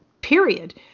period